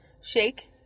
Shake